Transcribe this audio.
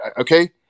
okay